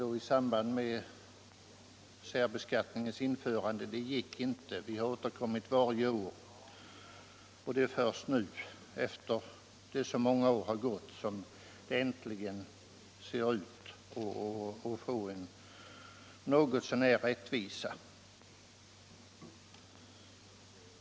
Vi har sedan återkommit varje år, och det är först nu som det ser ut som om vi äntligen skulle kunna uppnå något så när rättvisa regler.